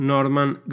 Norman